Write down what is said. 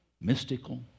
Mystical